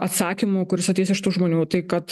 atsakymų kuris ateis iš tų žmonių tai kad